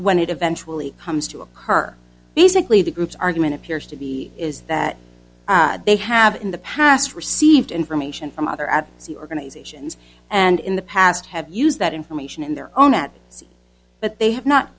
when it eventually comes to occur basically the groups argument appears to be is that they have in the past received information from other at sea organizations and in the past have used that information in their own at sea but they have not